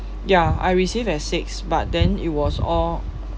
ya I receive at six but then it was all